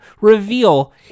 reveal